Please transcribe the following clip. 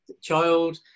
child